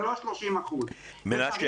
זה לא 30%. צריך להפחית את חומר הלימוד ב-50%.